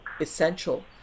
essential